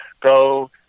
go